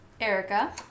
erica